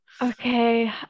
Okay